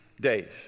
days